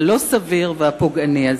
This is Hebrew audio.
הלא-סביר והפוגעני הזה.